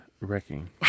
wrecking